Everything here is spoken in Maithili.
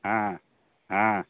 हँ हँ